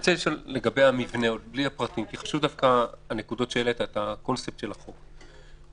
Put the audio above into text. אני רוצה לשאול לגבי המבנה בלי הפרטים כי הקונספט של החוק חשוב.